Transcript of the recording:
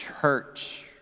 church